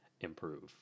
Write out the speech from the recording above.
improve